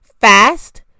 fast